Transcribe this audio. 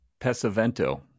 Pesavento